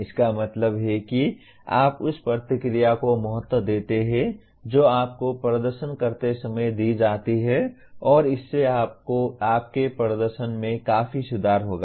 इसका मतलब है कि आप उस प्रतिक्रिया को महत्व देते हैं जो आपको प्रदर्शन करते समय दी जाती है और इससे आपके प्रदर्शन में काफी सुधार होगा